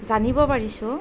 জানিব পাৰিছোঁ